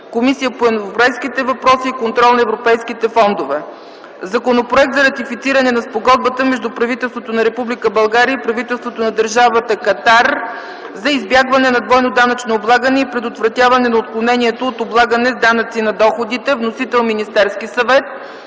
Комисията по европейските въпроси и контрол на европейските фондове. Законопроект за ратифициране на Спогодбата между правителството на Република България и правителството на Държавата Катар за избягване на двойното данъчно облагане и предотвратяване на отклонението от облагане с данъци на доходите. Вносител е Министерският съвет.